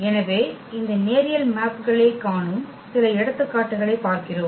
எனவே இந்த நேரியல் மேப்களைக் காணும் சில எடுத்துக்காட்டுகளைப் பார்க்கிறோம்